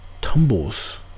tumbles